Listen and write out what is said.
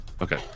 Okay